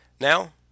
Now